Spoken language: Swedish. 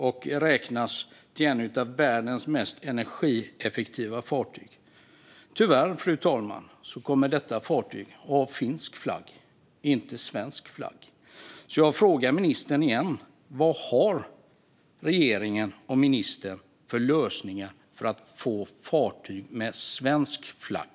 Det räknas som ett av världens mest energieffektiva fartyg. Tyvärr kommer detta fartyg att ha finsk, inte svensk, flagg. Fru talman! Jag frågar ministern igen: Vilka förslag på lösningar har regeringen och ministern för att få fler fartyg med svensk flagg?